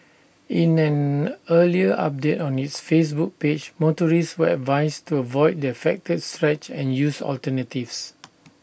in an earlier update on its Facebook page motorists were advised to avoid the affected stretch and use alternatives